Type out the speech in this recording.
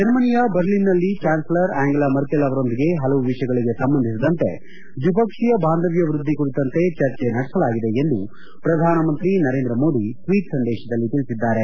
ಜರ್ಮನಿಯ ಬರ್ಲಿನ್ನಲ್ಲಿ chancellor Angela Merkel ಅವರೊಂದಿಗೆ ಹಲವು ವಿಷಯಗಳಿಗೆ ಸಂಬಂಧಿಸಿದಂತೆ ದ್ವಿಪಕ್ಷೀಯ ಬಾಂಧವ್ಯ ವ್ಲದ್ಲಿ ಕುರಿತಂತೆ ಚರ್ಚೆ ನಡೆಸಲಾಗಿದೆ ಎಂದು ಪ್ರಧಾನಮಂತ್ರಿ ನರೇಂದ್ರಮೋದಿ ಟ್ನೀಟ್ ಸಂದೇಶದಲ್ಲಿ ತಿಳಿಸಿದ್ದಾರೆ